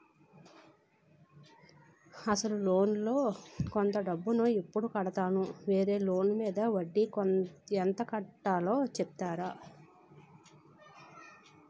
అసలు లోన్ లో కొంత డబ్బు ను ఎప్పుడు కడతాను? వేరే లోన్ మీద వడ్డీ ఎంత కట్తలో చెప్తారా?